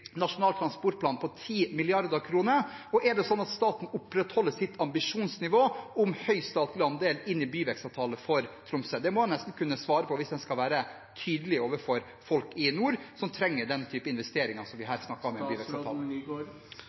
Nasjonal transportplan? Og opprettholder staten sitt ambisjonsnivå om en høy statlig andel i en byvekstavtale for Tromsø? Det må en nesten kunne svare på hvis en skal være tydelig overfor folk i nord, som trenger den typen investeringer som vi her snakker om, i tilknytning til en byvekstavtale. Representanten er veldig oppmerksom på at Nasjonal transportplan er en stortingsmelding, og i